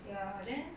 ya then